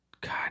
God